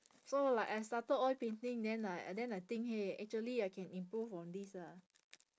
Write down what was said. so like I started oil painting then I then I think !hey! actually I can improve on this ah